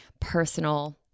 personal